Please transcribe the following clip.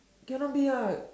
cannot be lah